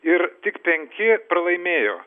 ir tik penki pralaimėjo